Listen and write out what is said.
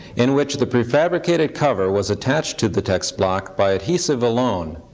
in which the prefabricated cover was attached to the text block by adhesive alone.